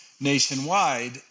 nationwide